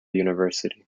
university